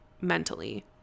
mentally